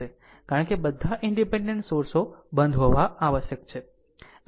કારણ કે બધા ઈનડીપેનડેન્ટ સોર્સો બંધ હોવા આવશ્યક છે